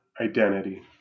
identity